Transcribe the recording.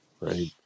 Right